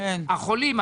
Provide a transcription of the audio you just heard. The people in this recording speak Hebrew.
החולים,